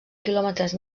quilòmetres